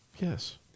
Yes